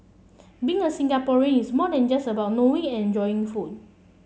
being a Singaporean is more than just about knowing and enjoying food